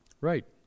Right